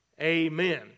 amen